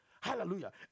Hallelujah